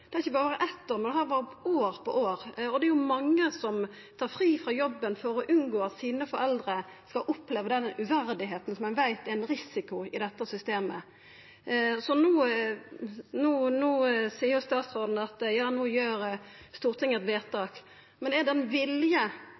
Det er ikkje berre eitt år, men det har vore slik i år etter år. Det er mange som tar fri frå jobben for å unngå at foreldra deira skal oppleva uverdigheita som ein veit er ein risiko i dette systemet. No seier statsråden at Stortinget gjer eit vedtak, men er det vilje